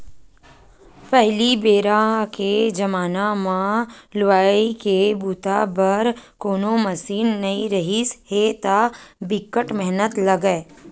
पहिली बेरा के जमाना म लुवई के बूता बर कोनो मसीन नइ रिहिस हे त बिकट मेहनत लागय